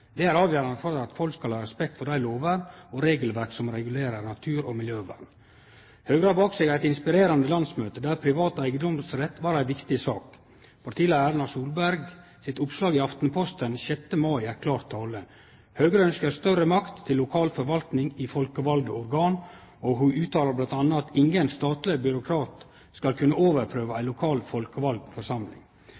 Det er avgjerande for at folk skal ha respekt for dei lovene og det regelverket som regulerer natur og miljøvern. Høgre har bak seg eit inspirerande landsmøte, der privat eigedomsrett var ei viktig sak. Partileiar Erna Solbergs oppslag i Aftenposten 6. mai er klar tale. Høgre ønskjer større makt til lokal forvaltning i folkevalde organ. Ho uttalar bl.a.: «Ingen statlig byråkrat skal kunne overprøve